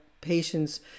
patients